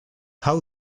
how